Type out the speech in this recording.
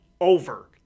over